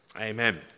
Amen